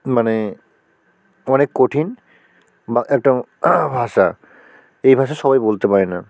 মানে অনেক কঠিন বা একটা ভাষা এই ভাষা সবাই বলতে পারে না